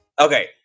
Okay